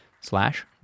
slash